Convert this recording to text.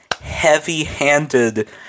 heavy-handed